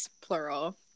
plural